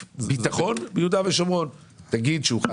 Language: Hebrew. אני רק שאלתי ואמרו לי שרע"מ דואג לזה ולא הכחישו את זה כאן.